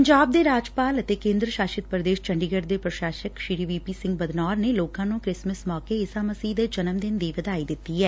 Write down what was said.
ਪੰਜਾਬ ਦੇ ਰਾਜਪਾਲ ਅਤੇ ਕੇਂਦਰੀ ਸ਼ਾਸਿਤ ਪੁਦੇਸ਼ ਚੰਡੀਗੜ ਦੇ ਪੁਸ਼ਾਸਕ ਸ਼ੀ ਵੀ ਪੀ ਸਿੰਘ ਬਦਨੌਰ ਨੇ ਲੋਕਾਂ ਨੰ ਕ੍ਰਿਸਮਿਸ ਮੌਕੇ ਈਸਾ ਮਸੀਹ ਦੇ ਜਨਮ ਦਿਨ ਦੀ ਵਧਾਈ ਦਿੱਤੀ ਐ